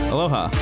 Aloha